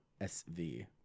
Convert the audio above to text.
sv